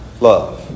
Love